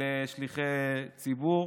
לשליחי ציבור.